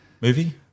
Movie